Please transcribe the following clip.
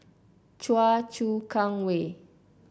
Choa Chu Kang Way